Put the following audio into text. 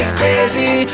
crazy